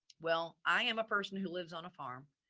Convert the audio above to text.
well, i am a person who lives on a farm,